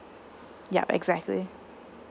yup exactly